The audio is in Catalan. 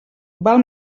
val